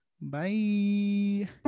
Bye